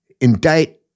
indict